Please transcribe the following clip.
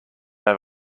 have